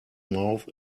mouth